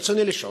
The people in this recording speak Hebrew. רצוני לשאול: